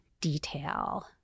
detail